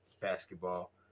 basketball